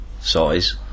size